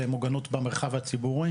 למוגנות במרחב הציבורי